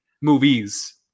movies